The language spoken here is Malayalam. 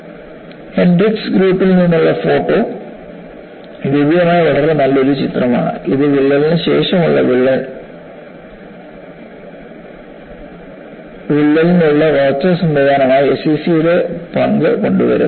ഹെൻഡ്രിക്സ് ഗ്രൂപ്പിൽ നിന്നുള്ള ഫോട്ടോ ലഭ്യമായ വളരെ നല്ലൊരു ചിത്രമാണ് ഇത് വിള്ളൽ വളർച്ചയ്ക്ക് ശേഷമുള്ള ഫ്രാക്ചർ സംവിധാനമായി SCC യുടെ പങ്ക് കാട്ടിത്തരുന്നു